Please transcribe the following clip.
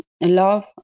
love